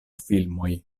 filmoj